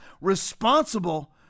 responsible